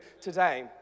today